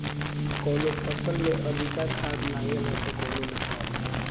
कवनो फसल में अधिका खाद लागेला त कवनो में कम